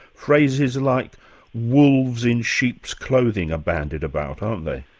phrases like wolves in sheep's clothing are bandied about aren't they?